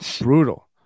brutal